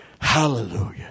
Hallelujah